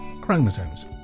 chromosomes